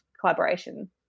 collaboration